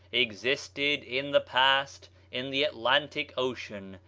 existed in the past in the atlantic ocean,